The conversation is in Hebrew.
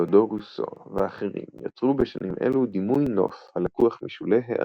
תאודור רוסו ואחרים יצרו בשנים אלו דימוי נוף הלקוח משולי הערים,